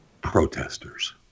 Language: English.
protesters